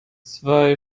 zwei